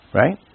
right